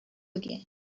again